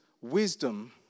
wisdom